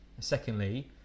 Secondly